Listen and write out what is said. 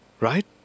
right